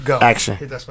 Action